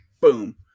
boom